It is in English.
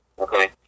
Okay